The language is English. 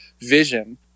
vision